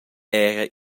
era